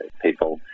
people